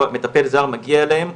כשמטפל זר מגיע אליהם,